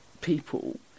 people